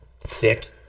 Thick